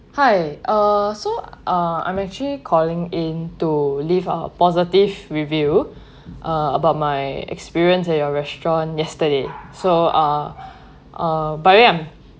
hi uh so uh I'm actually calling in to leave a positive review uh about my experience at your restaurant yesterday so uh uh primarily I'm